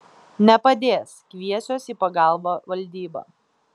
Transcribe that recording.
nepadės kviesiuos į pagalbą valdybą